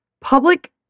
public